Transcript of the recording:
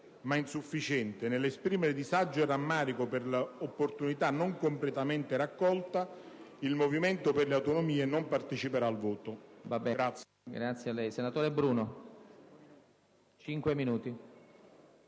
ma insufficiente, nell'esprimere disagio e rammarico per l'opportunità non completamente raccolta, il Movimento per le Autonomie non parteciperà al voto.